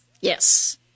Yes